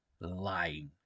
lying